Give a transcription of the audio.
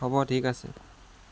হ'ব ঠিক আছে